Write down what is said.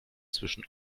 zwischen